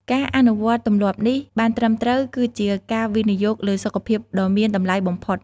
ការអនុវត្តទម្លាប់នេះបានត្រឹមត្រូវ គឺជាការវិនិយោគលើសុខភាពដ៏មានតម្លៃបំផុត។